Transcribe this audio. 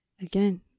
Again